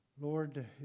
Lord